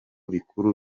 bikuru